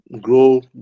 Grow